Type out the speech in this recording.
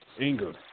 anger